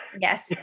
yes